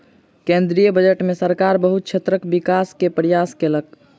केंद्रीय बजट में सरकार बहुत क्षेत्रक विकास के प्रयास केलक